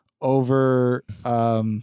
over